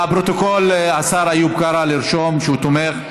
לפרוטוקול: השר איוב קרא, לרשום שהוא תומך.